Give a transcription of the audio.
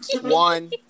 one